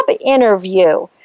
interview